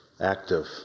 active